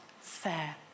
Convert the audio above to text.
fair